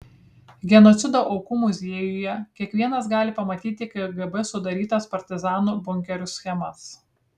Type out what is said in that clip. genocido aukų muziejuje kiekvienas gali pamatyti kgb sudarytas partizanų bunkerių schemas